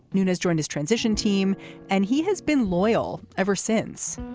nunez joined his transition team and he has been loyal ever since.